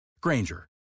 Granger